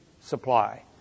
supply